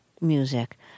music